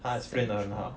他 explain 很好